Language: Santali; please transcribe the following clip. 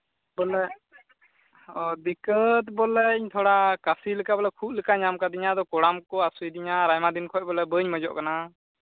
ᱵᱚᱞᱮ ᱚ ᱫᱤᱠᱠᱟᱹᱛ ᱵᱚᱞᱮ ᱤᱧ ᱛᱷᱚᱲᱟ ᱠᱟᱹᱥᱤ ᱞᱮᱠᱟ ᱵᱚᱞᱮ ᱠᱷᱩᱜ ᱞᱮᱠᱟ ᱧᱟᱢ ᱠᱟᱹᱫᱤᱧᱟ ᱟᱫᱚ ᱠᱚᱲᱟᱢ ᱠᱚ ᱦᱟᱹᱥᱩᱭᱮᱫᱤᱧᱟ ᱟᱨ ᱟᱭᱢᱟ ᱫᱤᱱ ᱠᱷᱚᱱ ᱵᱚᱞᱮ ᱵᱟᱹᱧ ᱢᱚᱡᱚᱜ ᱠᱟᱱᱟ